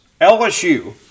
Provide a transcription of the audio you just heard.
LSU –